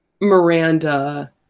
Miranda